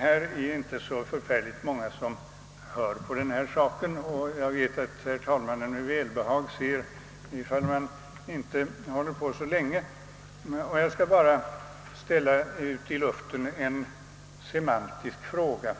Det är inte så värst många som hör på så här dags och jag vet att herr talmannen med välbehag ser att man inte håller på så länge. Jag skall därför bara skicka ut i luften en semantisk fråga,